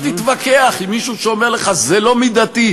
לך תתווכח עם מישהו שאומר לך: זה לא מידתי.